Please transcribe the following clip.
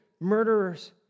murderers